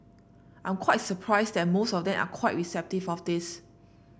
I'm quite surprised that most of them are quite receptive of this